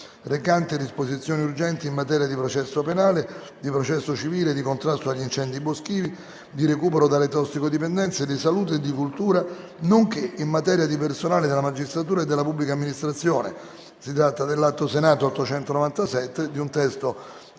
recante disposizioni urgenti in materia di processo penale, di processo civile, di contrasto agli incendi boschivi, di recupero dalle tossicodipendenze, di salute e di cultura, nonché in materia di personale della magistratura e della pubblica amministrazione, è convertito in legge